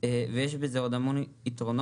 ויש לזה עוד המון יתרונות,